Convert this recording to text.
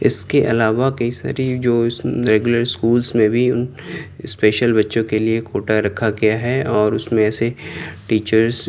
اس کے علاوہ کئی ساری جو ریگولر اسکولس میں بھی ان اسپیشل بچوں کے لیے کوٹا رکھا گیا ہے اور اس میں ایسے ٹیچرس